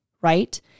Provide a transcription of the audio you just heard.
right